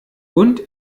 und